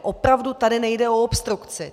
Opravdu tady nejde o obstrukci.